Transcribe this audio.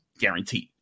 Guaranteed